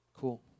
Cool